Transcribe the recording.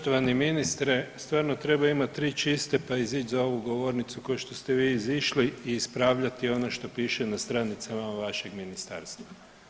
Poštovani ministre, stvarno treba imati tri čiste pa izići za ovu govornicu kao što ste vi izišli i ispravljati ono što piše na stranicama vašeg ministarstva.